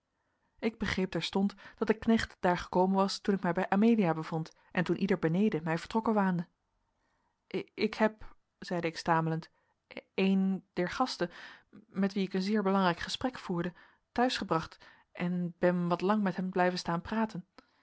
ik begreep terstond dat de knecht daar gekomen was toen ik mij bij amelia bevond en toen ieder beneden mij vertrokken waande ik heb zeide ik stamelend een der gasten met wien ik een zeer belangrijk gesprek voerde te huis gebracht en ben wat lang met hem blijven staan praten